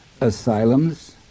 asylums